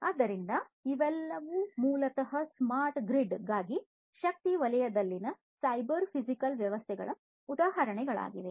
ಆದ್ದರಿಂದ ಇವೆಲ್ಲವೂ ಮೂಲತಃ ಸ್ಮಾರ್ಟ್ ಗ್ರಿಡ್ಗಾಗಿ ಶಕ್ತಿ ವಲಯದಲ್ಲಿನ ಸೈಬರ್ ಫಿಸಿಕಲ್ ವ್ಯವಸ್ಥೆಗಳ ಉದಾಹರಣೆಗಳಾಗಿವೆ